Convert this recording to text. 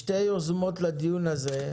שתי היוזמות לדיון הזה,